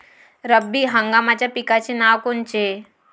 रब्बी हंगामाच्या पिकाचे नावं कोनचे?